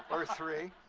or three.